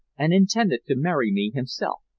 and intended to marry me himself.